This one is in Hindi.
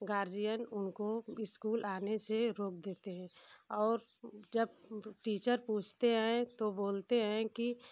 गार्जियन उनको ईस्कूल आने से रोक देते हैं और जब टीचर पूछते हेें तो बोलते हैं कि